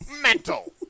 mental